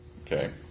Okay